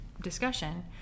discussion